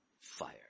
fire